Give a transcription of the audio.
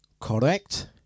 correct